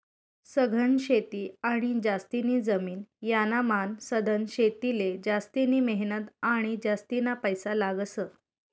सघन शेती आणि जास्तीनी जमीन यानामान सधन शेतीले जास्तिनी मेहनत आणि जास्तीना पैसा लागस